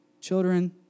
children